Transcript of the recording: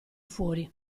fuori